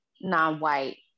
non-white